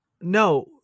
No